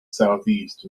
southeast